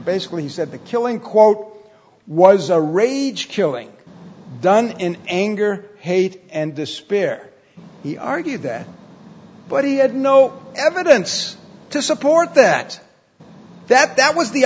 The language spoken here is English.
basically he said the killing quote was a rage killing done in anger hate and despair he argued that but he had no evidence to support that that that was the